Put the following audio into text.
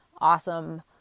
awesome